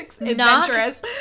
adventurous